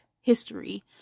history